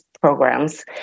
programs